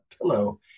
pillow